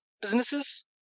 businesses